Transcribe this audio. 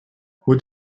would